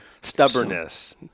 stubbornness